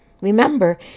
Remember